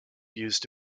used